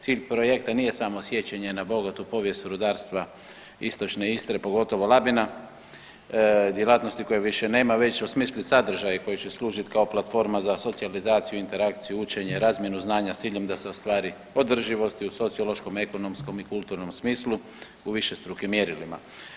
Cilj projekta nije samo sjećanje na bogatu povijest rudarstva istočne Istre pogotovo Labina, djelatnosti koje više nema, već osmislit sadržaj koji će služiti kao platforma za socijalizaciju, interakciju, učenje, razmjenu znanja s ciljem da se ostvari održivost i u sociološkom, ekonomskom i kulturnom smislu u višestrukim mjerilima.